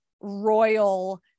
royal